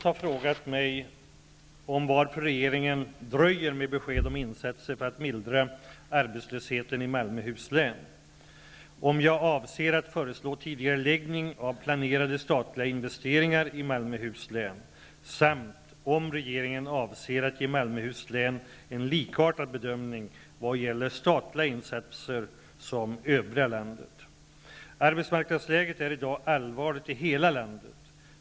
Herr talman! Olle Schmidt har frågat mig -- om jag avser att föreslå tidigareläggning av planerade statliga investeringar i Malmöhus län, samt -- om regeringen avser att ge Malmöhus län en likartad bedömning vad gäller statliga insatser som övriga landet. Arbetsmarknadsläget är i dag allvarligt i hela landet.